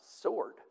sword